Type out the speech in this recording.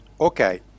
okay